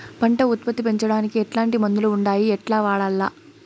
పంట ఉత్పత్తి పెంచడానికి ఎట్లాంటి మందులు ఉండాయి ఎట్లా వాడల్ల?